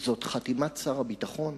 חתימת שר הביטחון,